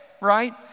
right